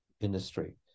industry